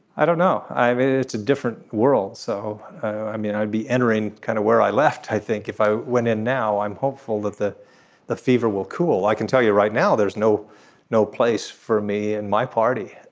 i don't know. i mean it's a different world. so i mean i would be entering kind of where i left i think if i went in now i'm hopeful that the the fever will cool. i can tell you right now there's no no place for me in my party.